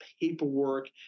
paperwork